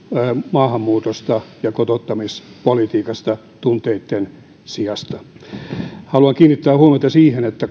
maahanmuutosta ja kotouttamispolitiikasta tunteitten sijasta haluan kiinnittää huomiota siihen että